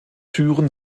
türen